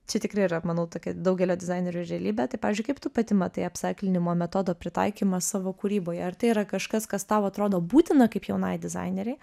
čia tikrai yra manau tokia daugelio dizainerių realybė tai pavyzdžiui kaip tu pati matai apsaiklinimo metodo pritaikymą savo kūryboje ar tai yra kažkas kas tau atrodo būtina kaip jaunai dizainerei